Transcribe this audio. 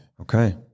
Okay